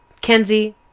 kenzie